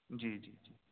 جی جی جی